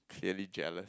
clearly jealous